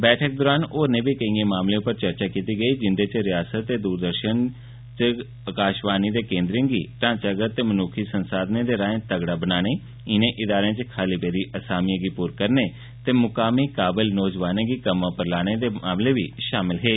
meeting दौरान होरनें बी केईएं मामलें पर चर्चा कीती गेई जिंदे च रिआसता च दूरदर्शन ते आकाशवाणी केन्द्रें गी ढांचागत ते मनुक्खी संसाधनें दे राएं तगड़ा बनाने इनें इदारें च खाली पेदी असामिएं गी पुर करने ते मुकामी काबल नौजवानें गी कम्मै पर लाने दे मामले बी शामिल हे